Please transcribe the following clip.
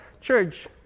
church